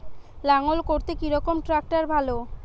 লাঙ্গল করতে কি রকম ট্রাকটার ভালো?